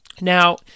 Now